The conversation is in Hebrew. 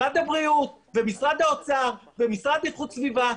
משרד הבריאות ומשרד האוצר והמשרד לאיכות הסביבה,